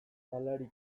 halarik